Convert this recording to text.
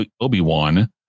Obi-Wan